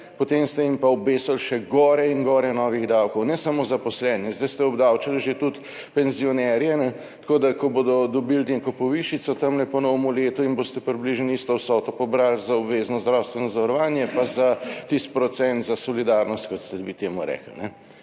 potem ste jim pa obesili še gore in gore novih davkov. Ne samo zaposlene, zdaj ste obdavčili že tudi penzionerje, tako da ko bodo dobili neko povišico tamle po novem letu, jim boste približno isto vsoto pobrali za obvezno zdravstveno zavarovanje pa za tisti procent za solidarnost, kot ste vi temu rekli.